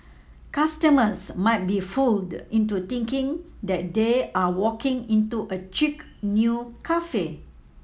customers might be fooled into thinking that they are walking into a chic new cafe